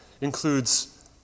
includes